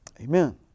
Amen